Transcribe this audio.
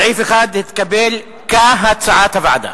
סעיף 1 נתקבל, כהצעת הוועדה.